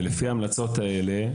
ולפי ההמלצות האלה